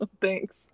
Thanks